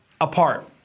Apart